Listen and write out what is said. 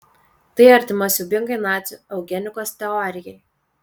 tai artima siaubingai nacių eugenikos teorijai